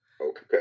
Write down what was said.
Okay